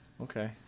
Okay